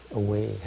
away